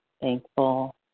Thankful